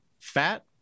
Fat